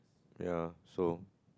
ya so